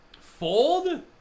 Fold